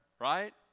Right